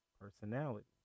personality